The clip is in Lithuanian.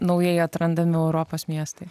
naujai atrandami europos miestai